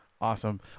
Awesome